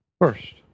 First